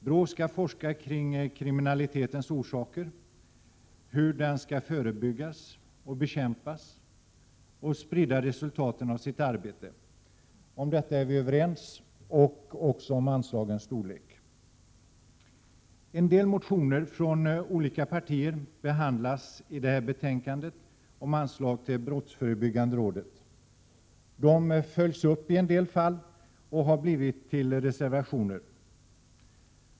BRÅ skall forska kring kriminalitetens orsaker och hur den skall förebyggas och bekämpas samt sprida resultaten av sitt arbete. Om detta är vi överens och också om anslagens storlek. En del motioner från olika partier behandlas i det här betänkandet om anslag till brottsförebyggande rådet. De följs upp i en del fall och har blivit reservationer.